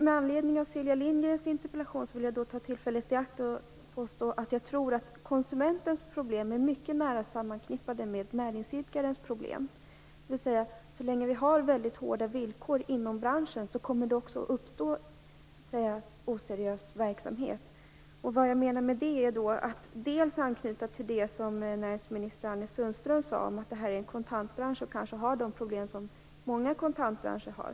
Med anledning av Sylvia Lindgrens interpellation vill jag ta tillfället i akt och säga att jag tror att konsumentens problem är mycket nära förknippade med näringsidkarens problem. Så länge villkoren inom branschen är väldigt hårda kommer det att uppstå oseriös verksamhet. Jag anknyter här till det som näringsminister Anders Sundström sade om att taxibranschen är en kontantbransch som kanske har de problem som många kontantbranscher har.